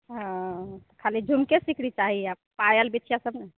हँ खाली झुमके सिकरी चाही आ पायल बिछिआ सब नहि